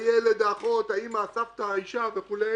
הילד, האחות, האימא, הסבתא, האישה וכולי